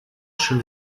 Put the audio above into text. schon